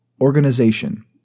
Organization